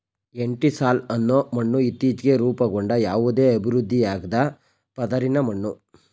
entisol ಅನ್ನೋ ಮಣ್ಣು ಇತ್ತೀಚ್ಗೆ ರೂಪುಗೊಂಡ ಯಾವುದೇ ಅಭಿವೃದ್ಧಿಯಾಗ್ದ ಪದರಿನ ಮಣ್ಣು